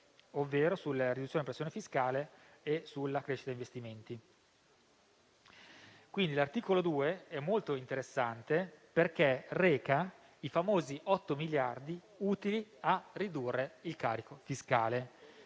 ovvero sulla riduzione della pressione fiscale e sulla crescita degli investimenti. L'articolo 2 è molto interessante perché reca i famosi 8 miliardi di euro utili a ridurre il carico fiscale.